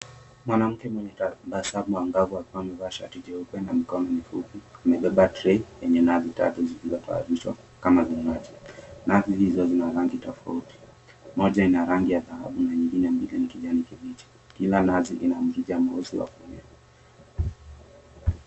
Mwanamke mwenye tabasamu angavu akiwa amevaa shati jeupe na mikono mifupi amebeba trei yenye nazi tatu zilizo toanishwa kama vinywaji. Nazi hizo zina rangi tofauti. Moja ina rangi ya dhahabu na nyingine mbili ni kijani kibichi. Kila nazi ina mrija mweusi wa kunywa.